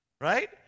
Right